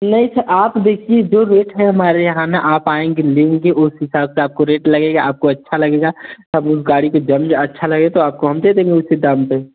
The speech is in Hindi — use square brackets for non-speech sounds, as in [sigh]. नहीं सर आप देखिए जो रेट है हमारे यहाँ ना आप आएँगे लेंगे उस हिसाब से आपको रेट लगेगा आपको अच्छा लगेगा तब उस गाड़ी को [unintelligible] अच्छा लगे तो आपको हम दे देंगे उसी दाम पे